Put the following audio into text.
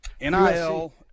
NIL